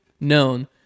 known